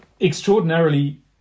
extraordinarily